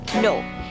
no